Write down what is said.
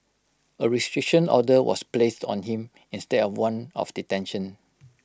A restriction order was placed on him instead of one of detention